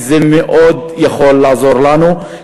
כי זה יכול לעזור לנו מאוד,